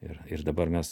ir ir dabar mes